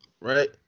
right